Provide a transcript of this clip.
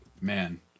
Man